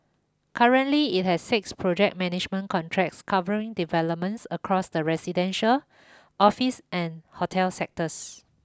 currently it has six project management contracts covering developments across the residential office and hotel sectors